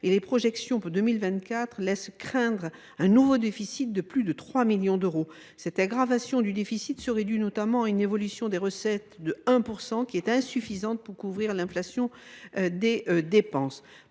les projections pour 2024 laissent craindre un nouveau déficit de plus de 3 millions d’euros. Cette aggravation du déficit serait due, notamment, à une évolution des recettes de 1 %, qui est insuffisante pour couvrir l’inflation des dépenses.